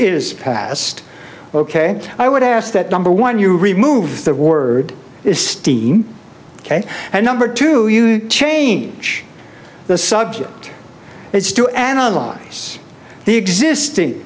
is passed ok i would ask that number one you remove the word is steam ok and number two change the subject it's to analyze the existing